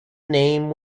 name